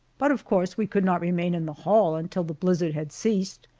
but of course we could not remain in the hall until the blizzard had ceased,